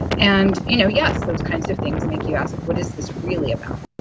and, you know, yes, those kinds of things make you ask, what is this really about?